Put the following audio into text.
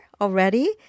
already